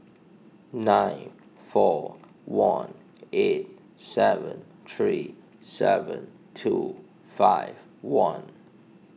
nine four one eight seven three seven two five one